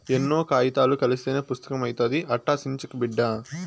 ఎన్నో కాయితాలు కలస్తేనే పుస్తకం అయితాది, అట్టా సించకు బిడ్డా